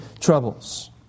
troubles